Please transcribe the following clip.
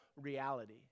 reality